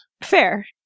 Fair